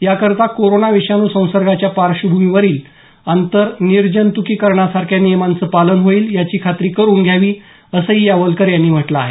याकरता कोरोना विषाणू संसर्गाच्या पार्श्वभूमीवरील अंतर निर्जंतूकीकरणासारख्या नियमांचं पालन होईल याची खात्री करून घ्यावी असंही यावलकर यांनी म्हटलं आहे